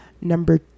Number